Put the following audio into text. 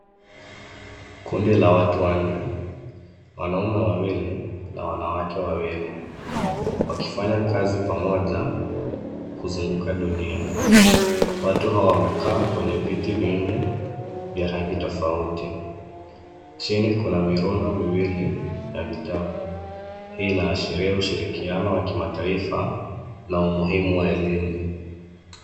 Kundi la watu wanne, wanaume wawili na wanawake wawili, wakifanya kazi pamoja kuzunguka dunia. Watu hawa wamekaa kwenye viti vinne vya rangi tofauti. Chini kuna mirundo miwili na vitabu. Hii inaashiria ushirikiano wa kimataifa na umuhimu wa elimu.